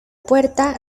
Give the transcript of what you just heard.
puerta